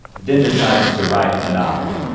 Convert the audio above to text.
then decides to write a novel.